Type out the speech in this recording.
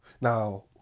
now